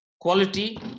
quality